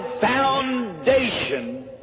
foundation